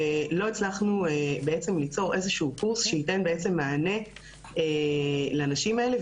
ולא הצלחנו ליצור איזשהו קורס שייתן מענה לנשים האלה,